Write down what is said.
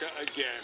again